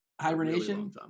hibernation